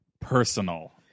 personal